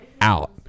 out